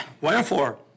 Wherefore